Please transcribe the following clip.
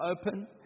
open